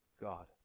God